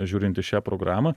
žiūrint į šią programą